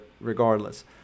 regardless